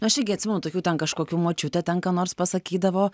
aš irgi atsimenu tokių ten kažkokių močiutė ten ką nors pasakydavo